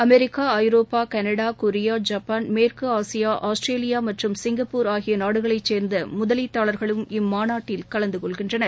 America Europe Canada Korea Japan மேற்கு Asia Australia மற்றும் Singapore ஆகிய நாடுகளைச் சேர்ந்த முதலீட்டாளரகளும் இம்மாநாட்டில் கலந்து கொள்கின்றனர்